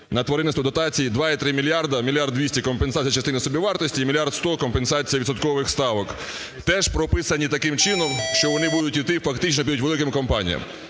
на тваринництво дотації 2,3 мільярда (1 мільярд 200 – компенсація частини собівартості і 1 мільярд 100 – компенсація відсоткових ставок) теж прописані таким чином, що вони будуть йти фактично опять великим компаніям.